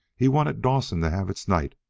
he wanted dawson to have its night,